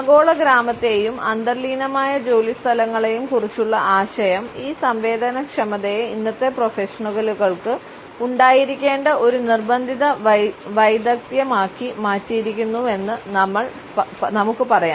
ആഗോള ഗ്രാമത്തെയും അന്തർലീനമായ ജോലിസ്ഥലങ്ങളെയും കുറിച്ചുള്ള ആശയം ഈ സംവേദനക്ഷമതയെ ഇന്നത്തെ പ്രൊഫഷണലുകൾക്ക് ഉണ്ടായിരിക്കേണ്ട ഒരു നിർബന്ധിത വൈദഗ്ധ്യമാക്കി മാറ്റിയിരിക്കുന്നുവെന്ന് നമുക്ക് പറയാം